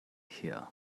here